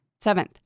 Seventh